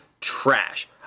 trash